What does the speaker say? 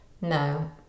No